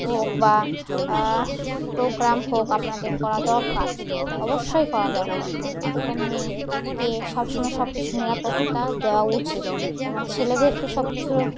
হোক বা প্রোগ্রাম হোক আপনাদের করা দরকার অবশ্যই করা দরকার কারণ একটা মেয়েকে সবসময় সব কিছু নিরাপত্তা দেওয়া উচিত যেমন ছেলেদেরকে সব কিছু